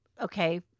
okay